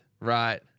right